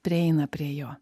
prieina prie jo